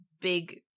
big